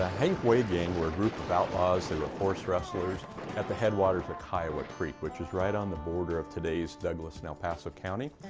ah hank way gang were a group of outlaws. they were horse rustlers at the headwaters of ah kiowa creek, which is right on the border of today's douglas and el paso counties.